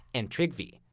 and tryggvi.